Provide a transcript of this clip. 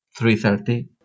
3.30